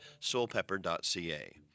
soulpepper.ca